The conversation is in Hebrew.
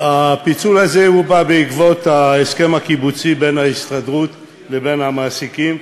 הפיצול הזה בא בעקבות ההסכם הקיבוצי בין ההסתדרות לבין המעסיקים,